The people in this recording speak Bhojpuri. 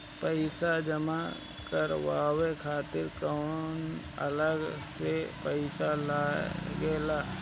पईसा जमा करवाये खातिर कौनो अलग से पईसा लगेला?